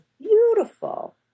beautiful